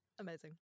Amazing